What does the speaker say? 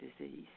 disease